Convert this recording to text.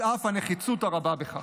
על אף הנחיצות הרבה בכך.